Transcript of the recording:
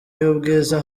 y’ubwiza